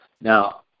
Now